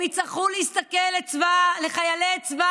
הם יצטרכו להסתכל בעיניים לחיילי צבא